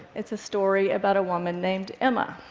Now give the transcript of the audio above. it's a story about a woman named emma.